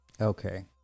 Okay